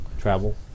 travel